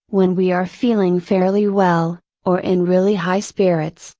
when we are feeling fairly well, or in really high spirits,